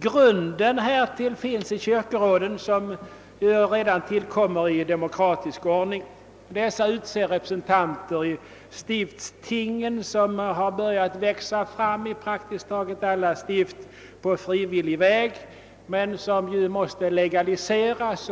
Grunden härtill finns i kyrkoråden som redan tillkommer i demokratisk ordning. Dessa utser representanter i stiftstingen som på frivillig väg har börjat växa fram i praktiskt taget alla stift men som ju måste legaliseras